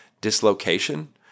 dislocation